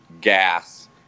gas